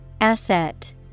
Asset